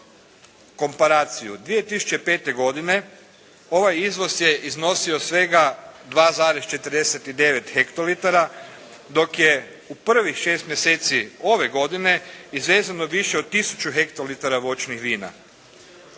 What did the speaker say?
za komparaciju. 2005. godine ovaj izvoz je iznosio svega 2,49 hektolitara dok je u prvih šest mjeseci ove godine izvezeno više od tisuću hektolitara voćnih vina.